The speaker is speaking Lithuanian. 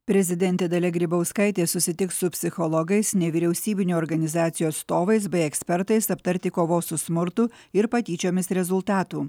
prezidentė dalia grybauskaitė susitiks su psichologais nevyriausybinių organizacijų atstovais bei ekspertais aptarti kovos su smurtu ir patyčiomis rezultatų